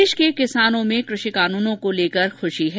प्रदेश के किसानों में इन कानूनों को लेकर खूशी है